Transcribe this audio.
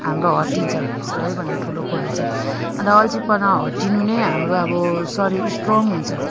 हाम्रो हट्छ सबभन्दा ठुलो कुरा चाहिँ अन्त अल्छीपना हट्नु नै हाम्रो अब शरीर स्ट्रोङ हुन्छ